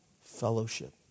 fellowship